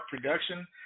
production